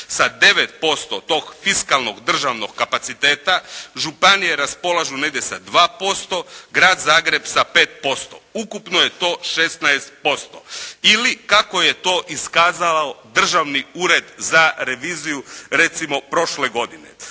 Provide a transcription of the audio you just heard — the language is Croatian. sa 9% tog fiskalnog državnog kapaciteta. Županije raspolažu negdje sa 2%. Grad Zagreb sa 5%. Ukupno je to 16%. Ili kako je to iskazao Državni ured za reviziju recimo prošle godine.